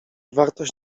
wartość